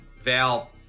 Val